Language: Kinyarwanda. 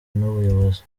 n’umuyobozi